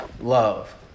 love